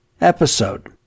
episode